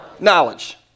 Knowledge